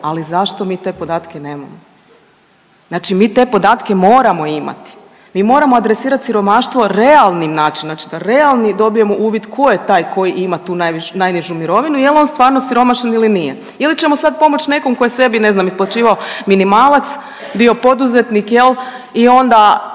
ali zašto mi te podatke nemamo. Znači mi te podatke moramo imati, mi moramo adresirat siromaštvo realni način, znači da realni dobijemo uvid ko je taj koji ima tu najnižu mirovinu i jel on stvarno siromašan ili nije ili ćemo sad pomoć nekom koji je sebi ne znam isplaćivao minimalac, bio poduzetnik i onda